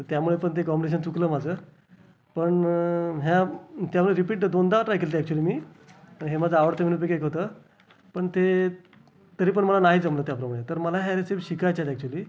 त्यामुळे पण ते कॉम्बिनेशन चुकलं माझं पण ह्या त्यामुळे रिपीट दोनदा ट्राय केली होती ॲक्चुली मी हे माझ्या आवडत्या मेनूपैकी एक होतं पण ते तरी पण मला नाही जमलं त्याप्रमाणे तर मला ह्या रेसिपी शिकायच्या आहेत ॲक्चुली